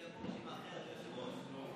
מופיעה פה רשימה אחרת, היושב-ראש.